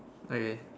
okay